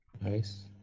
Nice